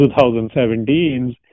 2017s